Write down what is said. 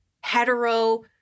hetero